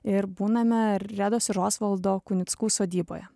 ir būname redos ir osvaldo kunickų sodyboje